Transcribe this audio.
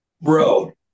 Bro